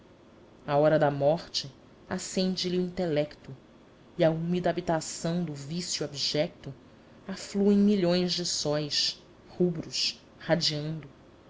a hora da morte acende lhe o intelecto e à úmida habitação do vício abjecto afluem milhões de sóis rubros radiando